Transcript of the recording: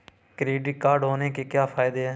Credit card होने के क्या फायदे हैं?